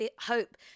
hope